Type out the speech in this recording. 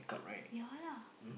ya lah